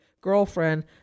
girlfriend